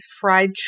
fried